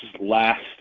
last